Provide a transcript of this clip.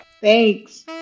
Thanks